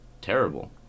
terrible